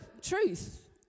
truth